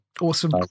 Awesome